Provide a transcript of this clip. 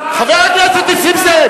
לא זקוקים למוסר הזה.